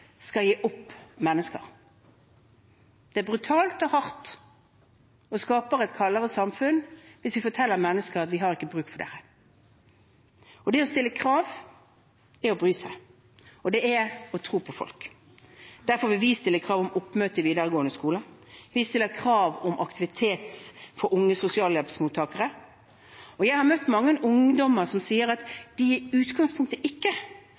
skal gi opp mennesker. Det er brutalt og hardt og skaper et kaldere samfunn hvis vi forteller mennesker at vi ikke har bruk for dem. Det å stille krav er å bry seg, og det er å tro på folk. Derfor vil vi stille krav om oppmøte i videregående skole, og vi stiller krav om aktivitet for unge sosialhjelpsmottakere. Jeg har møtt mange ungdommer som sier at de i utgangspunktet ikke